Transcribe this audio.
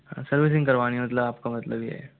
servicing करवानी है मतलब आपका मतलब ये है